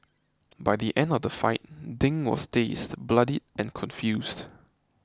by the end of the fight Ding was dazed bloodied and confused